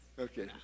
Okay